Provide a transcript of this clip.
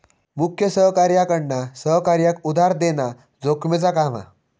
मुख्य सहकार्याकडना सहकार्याक उधार देना जोखमेचा काम हा